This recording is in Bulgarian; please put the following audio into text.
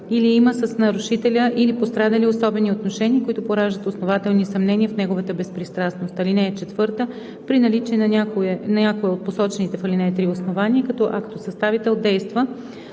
или има с нарушителя или пострадалия особени отношения, които пораждат основателни съмнения в неговата безпристрастност. (4) При наличие на някое от посочените в ал. 3 основания, като актосъставител действа: